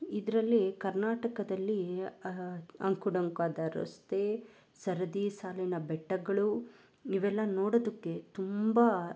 ಇದರಲ್ಲಿ ಕರ್ನಾಟಕದಲ್ಲಿ ಅಂಕುಡೊಂಕಾದ ರಸ್ತೆ ಸರದಿ ಸಾಲಿನ ಬೆಟ್ಟಗಳು ಇವೆಲ್ಲ ನೋಡೋದಕ್ಕೆ ತುಂಬ